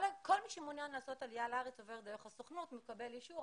כל מי שמעוניין לעשות עלייה לארץ עובר דרך הסוכנות ומקבל אישור,